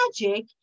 magic